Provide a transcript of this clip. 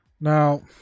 Now